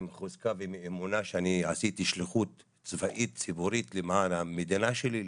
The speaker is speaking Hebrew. חוזקה ואמונה שאני עשיתי שליחות צבאית ציבורית למען המדינה שלי,